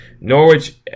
Norwich